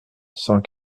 cent